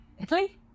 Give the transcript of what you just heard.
Italy